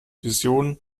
visionen